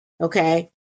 okay